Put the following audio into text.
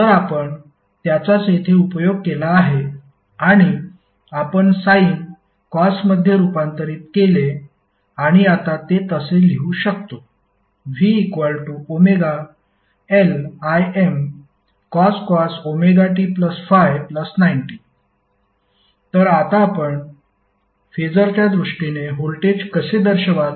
तर आपण त्याचाच येथे उपयोग केला आहे आणि आपण साइन कॉसमध्ये रूपांतरित केले आणि आता ते तसे लिहू शकतो vωLImcos ωt∅90 तर आता आपण फेसरच्या दृष्टीने व्होल्टेज कसे दर्शवाल